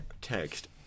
text